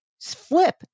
flip